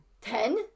Ten